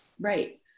Right